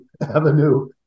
avenue